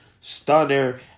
stunner